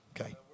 Okay